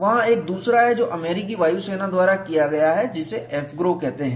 वहां एक दूसरा है जो अमेरिकी वायु सेना द्वारा किया गया है जिससे AFGROW कहते हैं